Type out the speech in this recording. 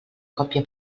còpia